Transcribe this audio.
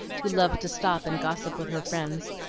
who loved to stop and gossip with her friends,